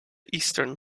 eastern